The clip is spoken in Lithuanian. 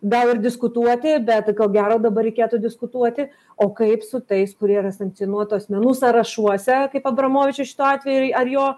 gal ir diskutuoti bet ko gero dabar reikėtų diskutuoti o kaip su tais kurie yra sankcionuotų asmenų sąrašuose kaip abramovičiui šituo atveju ar jo